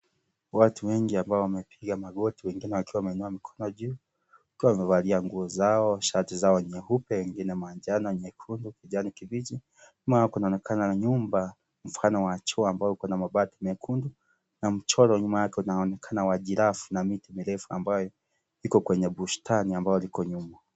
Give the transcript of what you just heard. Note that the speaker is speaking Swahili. Watu wengi ambao wamepiga magoti wengine wakiwa wameinua mikono wakiwa wamevalia nguo shati zao nyeupe ingine nyekundu, manjano kijani kibichi nyuma kunaonekana nyumba Mfano wa juu uko na mabati mekundu na mchoro nyuma yake inaonekana wa jirafu na miti mirefu ambayo iko kwenye bustani ambayo liko nyuma.